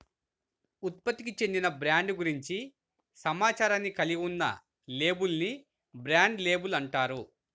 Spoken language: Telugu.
ఉత్పత్తికి చెందిన బ్రాండ్ గురించి సమాచారాన్ని కలిగి ఉన్న లేబుల్ ని బ్రాండ్ లేబుల్ అంటారు